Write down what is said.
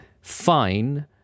fine